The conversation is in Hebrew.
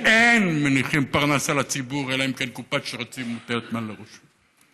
שאין מניחים פרנס על הציבור אלא אם כן קופת שרצים מוטלת מעל לראשו.